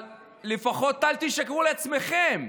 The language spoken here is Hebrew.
לפחות אל תשקרו לעצמכם,